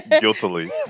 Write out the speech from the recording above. guiltily